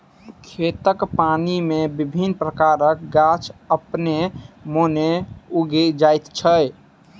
खेतक पानि मे विभिन्न प्रकारक गाछ अपने मोने उगि जाइत छै